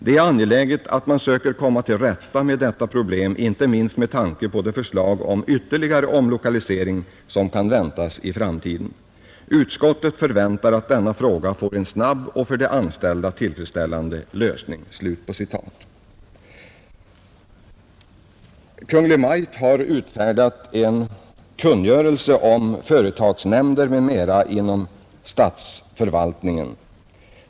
Det är angeläget att man söker komma till rätta med detta problem inte minst med tanke på de förslag om ytterligare omlokalisering som kan väntas i framtiden, Utskottet förväntar att denna fråga får en snabb och för de anställda tillfredsställande lösning.” Kungl. Maj:t har utfärdat en kungörelse om företagsnämnder m.m. inom statsförvaltningen.